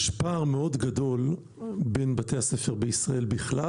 יש פער מאוד גדול בין בתי הספר בישראל בכלל